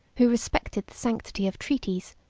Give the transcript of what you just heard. who respected the sanctity of treaties,